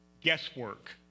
guesswork